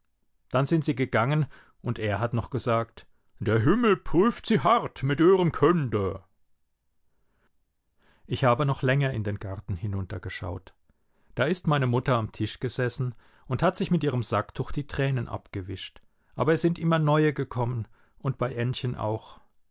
dann sind sie gegangen und er hat noch gesagt der hümmel prüft sü hart mit ührem künde ich habe noch länger in den garten hinuntergeschaut da ist meine mutter am tisch gesessen und hat sich mit ihrem sacktuch die tränen abgewischt aber es sind immer neue gekommen und bei ännchen auch